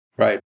Right